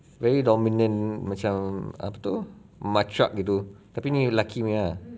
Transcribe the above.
very dominant macam apa tu match up begitu tapi ni lelaki punya